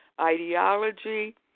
ideology